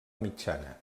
mitjana